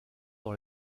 dans